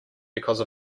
because